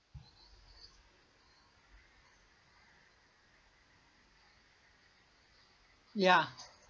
ya